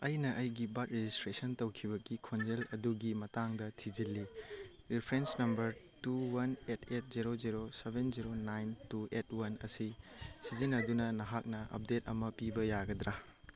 ꯑꯩꯅ ꯑꯩꯒꯤ birth registration ꯇꯧꯈꯤꯕꯒꯤ ꯈꯣꯡꯖꯦꯜ ꯑꯗꯨꯒꯤ ꯃꯇꯥꯡꯗ ꯊꯤꯖꯤꯜꯂꯤ reference number two one eight eight zero zero seven zero nine two eight one ꯑꯁꯤ ꯁꯤꯖꯤꯟꯅꯗꯨꯅ ꯅꯍꯥꯛꯅ ꯑꯞꯗꯦꯠ ꯑꯃ ꯄꯤꯕ ꯌꯥꯒꯗ꯭ꯔꯥ